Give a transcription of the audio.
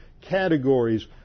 categories